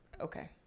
Okay